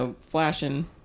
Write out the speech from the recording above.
flashing